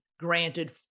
granted